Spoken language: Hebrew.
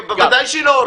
ודאי שהיא לא הורסת.